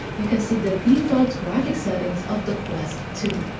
you can see the default graphics settings of the quest two.